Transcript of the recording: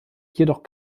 jedoch